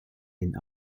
den